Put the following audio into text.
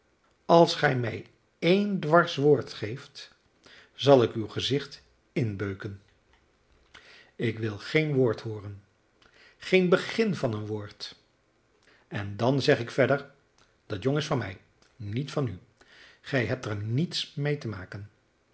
als gij mij één dwars woord geeft zal ik uw gezicht inbeuken ik wil geen woord hooren geen begin van een woord en dan zeg ik verder dat jong is van mij niet van u gij hebt er niets mee te maken